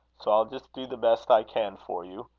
so i'll just do the best i can for you.